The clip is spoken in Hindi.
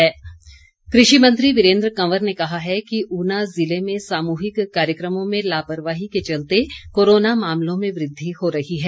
कृषि मंत्री कृषि मंत्री वीरेन्द्र कंवर ने कहा है कि ऊना जिले में सामूहिक कार्यक्रमों में लापरवाही के चलते कोरोना मामलों में वृद्वि हो रही है